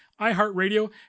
iHeartRadio